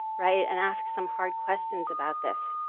right? and ask some hard questions about this.